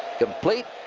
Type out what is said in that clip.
complete.